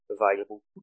available